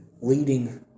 leading